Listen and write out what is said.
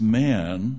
man